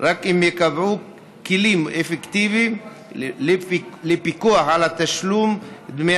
רק אם ייקבעו כלים אפקטיביים לפיקוח על תשלום דמי